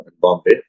Bombay